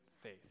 faith